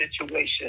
situation